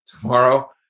tomorrow